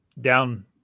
down